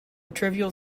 trivial